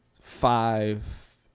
five